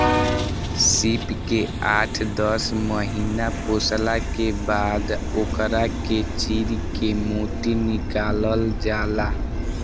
सीप के आठ दस महिना पोसला के बाद ओकरा के चीर के मोती निकालल जाला